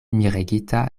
miregita